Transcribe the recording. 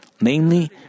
Namely